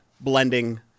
blending